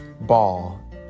ball